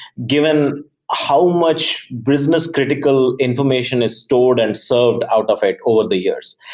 given how much business-critical information is stored and served out of it all the years.